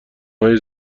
های